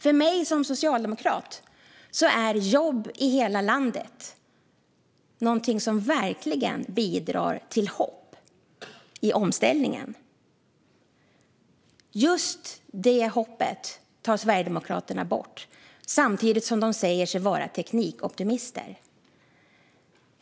För mig som socialdemokrat är jobb i hela landet något som verkligen bidrar till hopp i omställningen. Just det hoppet tar Sverigedemokraterna bort samtidigt som de säger sig vara teknikoptimister.